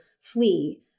flee